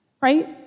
right